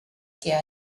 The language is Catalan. que